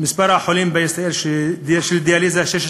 מספר חולי הדיאליזה בישראל,